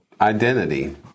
identity